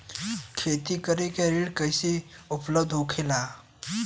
खेती करे के ऋण कैसे उपलब्ध होखेला?